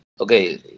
okay